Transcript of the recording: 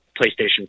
PlayStation